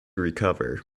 recover